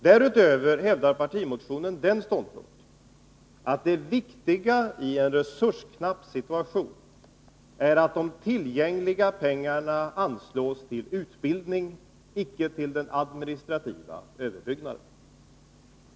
Därutöver hävdar partimotionen ståndpunkten att det viktiga i en resursknapp situation är att tillgängliga pengar anslås till utbildning — icke till administrativa överbyggnader. Fru talman!